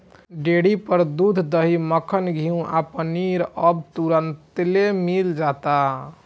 dairy पर दूध, दही, मक्खन, घीव आ पनीर अब तुरंतले मिल जाता